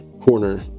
corner